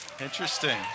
Interesting